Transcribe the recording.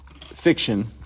fiction